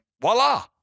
voila